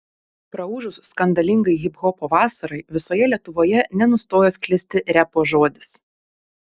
praūžus skandalingai hiphopo vasarai visoje lietuvoje nenustojo sklisti repo žodis